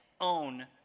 own